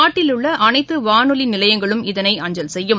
நாட்டில் உள்ள அனைத்துவானொலிநிலையங்களும் இதனைஅஞசல் செய்யும்